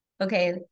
okay